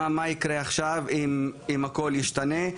מה יקרה עכשיו אם הכל ישתנה,